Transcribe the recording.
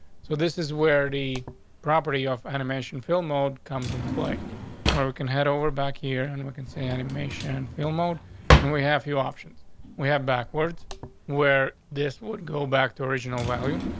so this is where the property off animation film mode comes into play where we can head over back here and we can say animation, film mode and we have few options we have backwards where this would go back to original value,